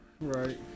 Right